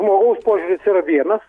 žmogaus požiūris yra vienas